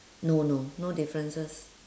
no no no differences